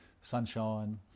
sunshine